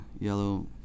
yellow